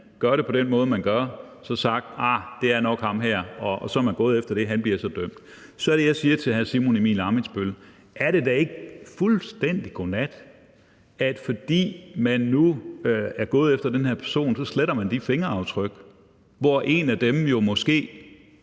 gør det på den måde, man gør det, at det nok er ham her. Så er man gået efter det, og han bliver dømt. Så er det, jeg siger til hr. Simon Emil Ammitzbøll-Bille: Er det da ikke fuldstændig godnat, at man, fordi man nu er gået efter den her person, så sletter de fingeraftryk, hvoraf et måske